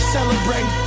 Celebrate